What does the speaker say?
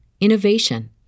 innovation